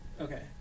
Okay